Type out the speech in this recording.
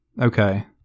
okay